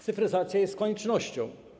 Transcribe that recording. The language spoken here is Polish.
Cyfryzacja jest koniecznością.